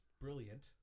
brilliant